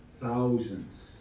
thousands